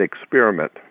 experiment